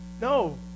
no